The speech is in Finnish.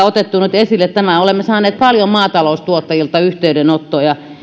otettu nyt esille tämä olemme saaneet paljon maataloustuottajilta yhteydenottoja